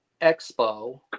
Expo